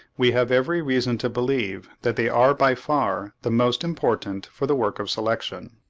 we have every reason to believe that they are by far the most important for the work of selection.